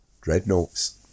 Dreadnoughts